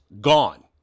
gone